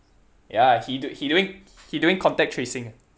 ya he do he doing he doing contract tracing ah